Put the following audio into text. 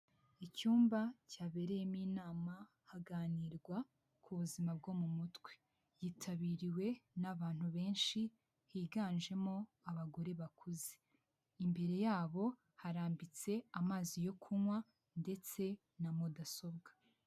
Icyumba cyabereyemo inama, haganirwa ku buzima bwo mu mutwe, yitabiriwe n'abantu benshi, higanjemo abagore bakuze, imbere yabo harambitse amazi yo kunywa, ndetse na mudasobwa.